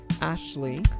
ashley